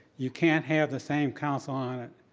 you can't have the same counsel on it,